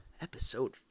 episode